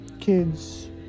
kids